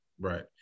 Right